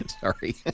Sorry